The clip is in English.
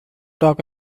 talk